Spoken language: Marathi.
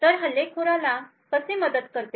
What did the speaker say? तर हे हल्लेखोराला कसे मदत करते